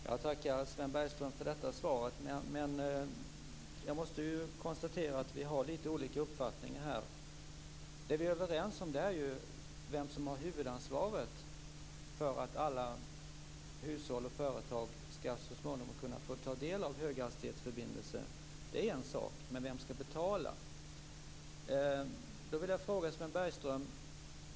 Fru talman! Jag tackar Sven Bergström för svaret. Men jag konstaterar att vi har lite olika uppfattningar här. Det som vi är överens om är vem som har huvudansvaret för att alla hushåll och företag så småningom skall få ta del av höghastighetsförbindelser. Det är en sak, men vem skall betala?